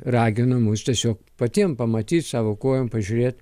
ragino mus tiesiog patiem pamatyt savo kojom pažiūrėt